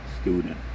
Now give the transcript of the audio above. student